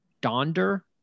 Donder